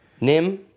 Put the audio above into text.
Nim